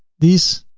these.